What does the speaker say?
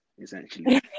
essentially